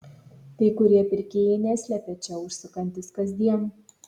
kai kurie pirkėjai neslepia čia užsukantys kasdien